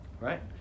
right